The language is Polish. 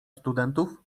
studentów